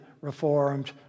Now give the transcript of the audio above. Reformed